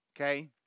Okay